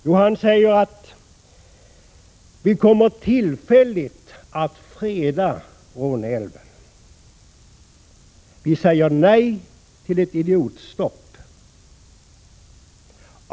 Jo, han sade att moderaterna tillfälligt vill freda Råneälven, moderaterna säger nej till ett idiotstopp.